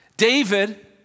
David